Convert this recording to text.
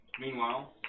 Meanwhile